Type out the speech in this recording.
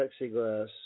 plexiglass